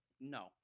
no